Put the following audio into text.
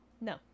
No